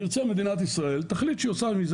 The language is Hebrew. תרצה מדינת ישראל תחליט שהיא עושה מזה